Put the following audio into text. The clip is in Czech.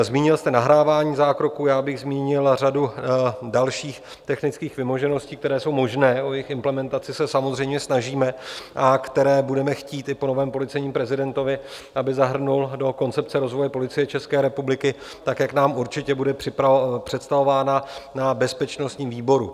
Zmínil jste nahrávání zákroků, já bych zmínil řadu dalších technických vymožeností, které jsou možné o jejich implementaci se samozřejmě snažíme a které budeme chtít i po novém policejním prezidentovi, aby zahrnul do koncepce rozvoje Policie České republiky tak, jak nám určitě bude představována na bezpečnostním výboru.